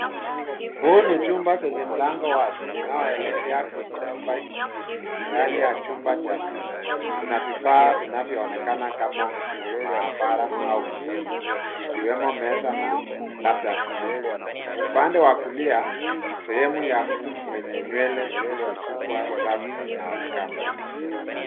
Huu ni chumba chenye mlango wazi unaoelekea kwenye chumba kingne ndani ya chumba cha pili kuna vifaa vinavyoonekana kama maabara ua kliniki, ikiwemo meza na labda sinki, upande wa kulia sehemu ya mtu mwenye nywele zilizo sukwa rasta inaonekana.